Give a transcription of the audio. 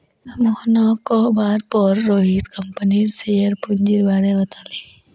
मोहनेर कहवार पर रोहित कंपनीर शेयर पूंजीर बारें बताले